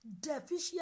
deficient